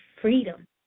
freedom